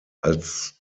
als